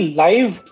live